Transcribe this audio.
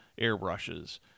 airbrushes